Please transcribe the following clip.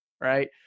right